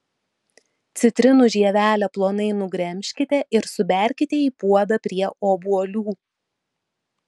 citrinų žievelę plonai nugremžkite ir suberkite į puodą prie obuolių